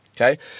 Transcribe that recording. Okay